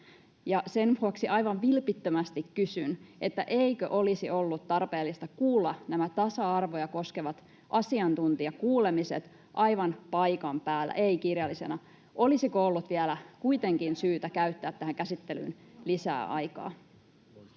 sen vuoksi aivan vilpittömästi kysyn: Eikö olisi ollut tarpeellista kuulla nämä tasa-arvoa koskevat asiantuntijakuulemiset aivan paikan päällä, [Suna Kymäläinen: Kyllä olisi!] ei kirjallisena? Olisiko ollut vielä kuitenkin syytä käyttää tähän käsittelyyn lisää aikaa? [Krista